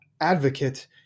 advocate